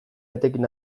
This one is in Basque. etekin